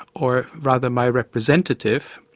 or rather my representative,